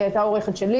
היא גם הייתה עורכת שלי,